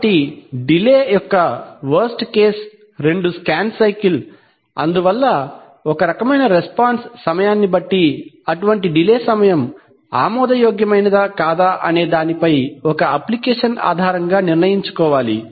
కాబట్టి డిలే యొక్క worst case రెండు స్కాన్ సైకిల్స్ అందువల్ల ఒక రకమైన రెస్పాన్స్ సమయాన్ని బట్టి అటువంటి డిలే సమయం ఆమోదయోగ్యమైనదా కాదా అనే దానిపై ఒక అప్లికేషన్ ఆధారంగా నిర్ణయించుకోవాలి